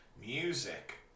Music